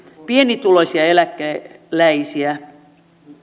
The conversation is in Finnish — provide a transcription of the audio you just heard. pienituloisia eläkeläisiä